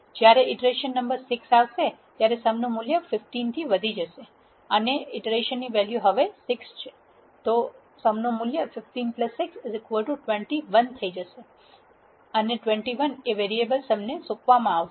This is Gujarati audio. જ્યારે ઇટરેશન નંબર 6 આવશે ત્યારે સમ નું મૂલ્ય 15 થશે અને ઇટરેશન વેલ્યુ હવે 6 છે 15 621 થઈ જશે અને 21 એ વેરીએબલ સમ ને સોંપવામાં આવશે